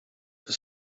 for